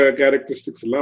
characteristics